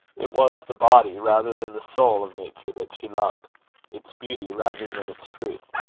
it was the body, rather than the soul, of nature that she loved its beauty rather than its truth.